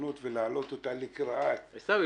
ההזדמנות ולהעלות אותה --- עיסאווי,